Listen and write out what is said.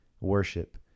worship